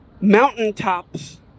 mountaintops